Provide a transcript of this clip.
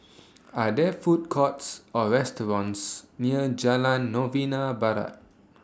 Are There Food Courts Or restaurants near Jalan Novena Barat